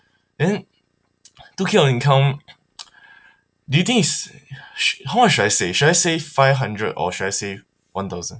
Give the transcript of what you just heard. and then two K of income do you think it's how much should I save should I save five hundred or should I save one thousand